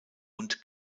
und